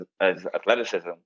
athleticism